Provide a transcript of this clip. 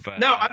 no